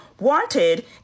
wanted